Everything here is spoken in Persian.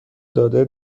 داده